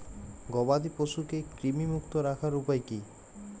গবাদি পশুকে কৃমিমুক্ত রাখার উপায় কী?